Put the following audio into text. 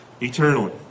eternally